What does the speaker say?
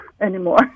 anymore